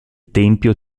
tempio